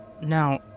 Now